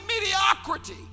mediocrity